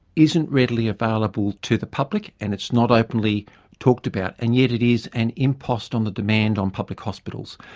isn't readily available to the public and it's not openly talked about, and yet it is an impost on the demand on public hospitals.